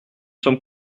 sommes